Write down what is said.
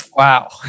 Wow